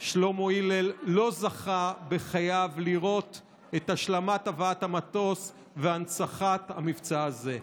שלמה הלל לא זכה בחייו לראות את השלמת הבאת המטוס והנצחת המבצע הזה.